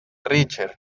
richer